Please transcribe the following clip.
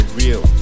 real